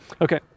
Okay